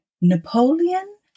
Napoleon